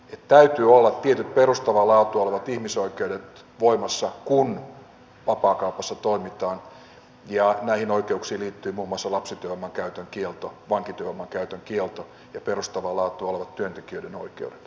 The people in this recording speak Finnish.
täytyy olla tietyt perustavaa laatua olevat ihmisoikeudet voimassa kun vapaakaupassa toimitaan ja näihin oikeuksiin liittyy muun muassa lapsityövoiman käytön kielto vankityövoiman käytön kielto ja perustavaa laatua olevat työntekijöiden oikeudet